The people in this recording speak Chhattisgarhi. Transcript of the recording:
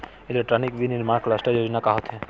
इलेक्ट्रॉनिक विनीर्माण क्लस्टर योजना का होथे?